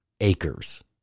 acres